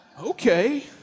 okay